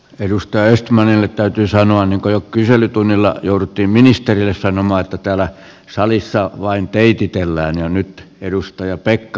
edustaja östmanille täytyy sanoa niin kuin jo kyselytunnilla jouduttiin ministerille sanomaan että täällä salissa vain teititellään